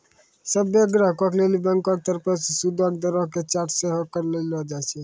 सभ्भे ग्राहको लेली बैंको के तरफो से सूदो के दरो के चार्ट सेहो लगैलो जाय छै